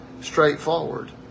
straightforward